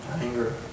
Anger